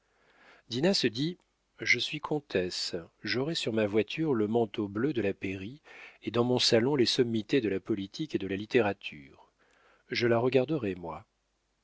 se dit je suis comtesse j'aurai sur ma voiture le manteau bleu de la pairie et dans mon salon les sommités de la politique et de la littérature je la regarderai moi